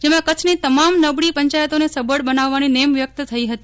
જેમાં કચ્છની તમામ નબળી પંચાયતોને સબળ બનાવાની નેમ વ્યક્ત થઇ હતી